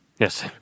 Yes